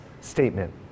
statement